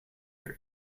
you